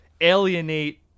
alienate